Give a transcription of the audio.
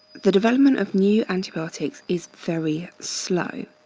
the development of new antibiotics is very slow,